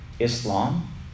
Islam